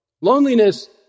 Loneliness